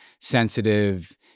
sensitive